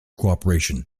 cooperation